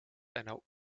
einer